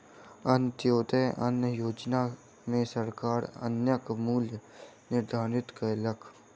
अन्त्योदय अन्न योजना में सरकार अन्नक मूल्य निर्धारित कयलक